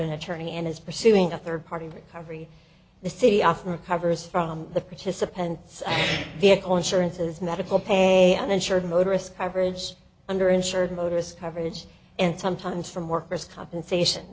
an attorney and is pursuing a third party recovery the city often recovers from the participants vehicle insurances medical pay uninsured motorist coverage under insured motorists coverage and sometimes from workers compensation